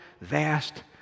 vast